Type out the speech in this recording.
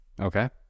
okay